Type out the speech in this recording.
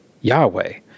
Yahweh